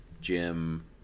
Jim